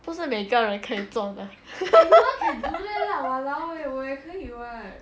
不是每个人可以做的